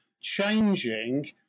changing